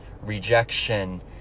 rejection